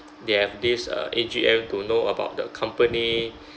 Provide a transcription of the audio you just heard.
they have this uh A_G_M to know about the company